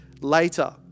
later